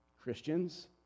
Christians